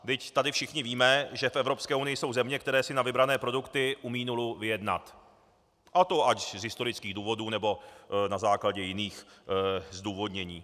Vždyť tady všichni víme, že v Evropské unii jsou země, které si na vybrané produkty umějí nulu vyjednat, a to ať z historických důvodů, nebo na základě jiných zdůvodnění.